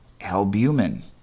albumin